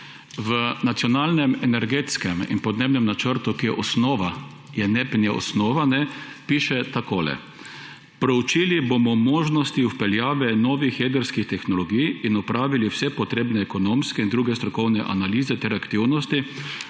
V Nacionalnem energetskem in podnebnem načrtu, ki je osnova – NEPN je osnova, kajne – piše takole, »Preučili bomo možnosti vpeljave novih jedrskih tehnologij in opravili vse potrebne ekonomske in druge strokovne analize ter aktivnosti,